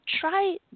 try